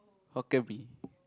Hokkien Mee